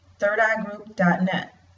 thirdeyegroup.net